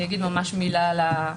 אני אגיד מילה על הרשות.